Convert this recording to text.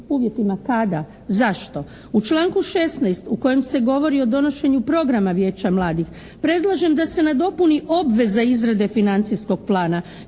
uvjetima, kada, zašto? U članku 16. u kojem se govori o donošenju programa vijeća mladih predlažem da se nadopuni obveza izrada financijskog plana